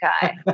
guy